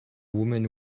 woman